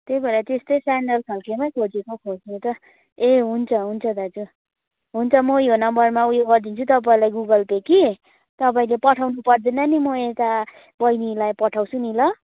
त्यही भएर त्यस्तै स्यान्डल खाल्केमै खोजेको खोज्नु त ए हुन्छ हुन्छ दाजु हुन्छ म यो नम्बरमा उयो गरिदिन्छु तपाईँलाई गुगल पे कि तपाईँले पठाउनु पर्दैन नि म यता बहिनीलाई पठाउँछु नि ल